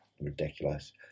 ridiculous